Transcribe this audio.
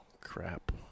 crap